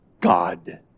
God